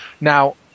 Now